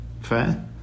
fair